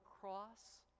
cross